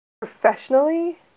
Professionally